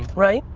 right?